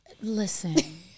listen